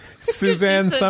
Suzanne